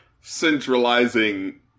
centralizing